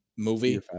Movie